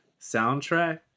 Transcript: soundtrack